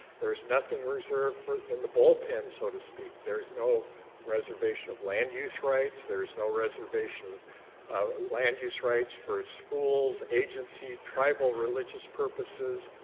there's nothing reserved for in the bullpen, so to speak. there is no reservation of land-use rights. there's no reservation of land-use rights for schools, agency, tribal religious purposes,